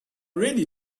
really